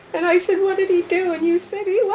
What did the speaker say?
and i said, what did he do? and you said, he